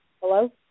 Hello